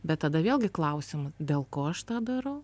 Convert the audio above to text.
bet tada vėlgi klausimų dėl ko aš tą darau